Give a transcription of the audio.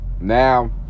Now